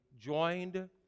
joined